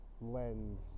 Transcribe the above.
lens